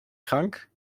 krank